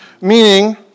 Meaning